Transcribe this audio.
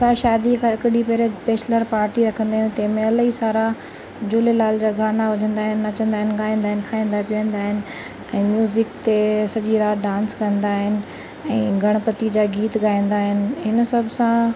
असां शादीअ खां हिकु ॾींहुं पहिरीं बैचलर पार्टी रखंदा आहियूं तंहिंमहिल ई सारा झूलेलाल जा गाना वॼंदा आहिनि नचंदा आहिनि ॻाईंदा आहिनि खाईंदा पीअंदा आहिनि ऐं म्यूज़िक ते सॼी राति डांस कंदा आहिनि ऐं गणपति जा गीत ॻाईंदा आहिनि इन सभु सां